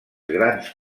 grans